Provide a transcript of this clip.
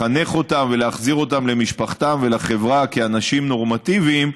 לחנך אותם ולהחזיר אותם למשפחתם ולחברה כאנשים נורמטיביים,